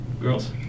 Girls